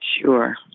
Sure